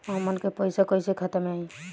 हमन के पईसा कइसे खाता में आय?